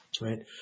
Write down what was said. right